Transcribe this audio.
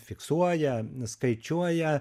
fiksuoja skaičiuoja